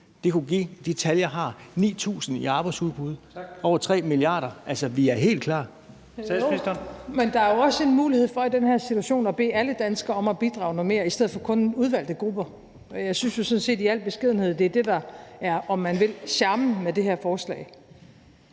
Jensen): Statsministeren. Kl. 23:55 Statsministeren (Mette Frederiksen): Men der er jo også en mulighed for i den her situation at bede alle danskere om at bidrage noget mere i stedet for kun udvalgte grupper. Og jeg synes jo sådan set i al beskedenhed, at det er det, der er charmen, om man vil, ved det her forslag,